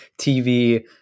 TV